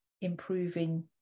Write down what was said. improving